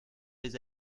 les